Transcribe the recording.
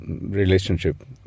relationship